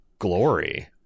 glory